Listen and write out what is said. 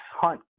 Hunt